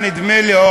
נדמה לי שהחוק הבא,